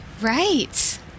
Right